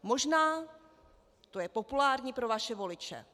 Možná to je populární pro vaše voliče.